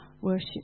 worship